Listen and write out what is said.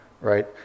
Right